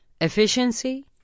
Efficiency